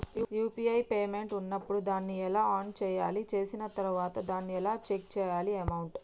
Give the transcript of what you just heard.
UPI payment ఉన్నప్పుడు దాన్ని ఎలా ఆన్ చేయాలి? చేసిన తర్వాత దాన్ని ఎలా చెక్ చేయాలి అమౌంట్?